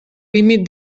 límit